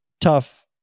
tough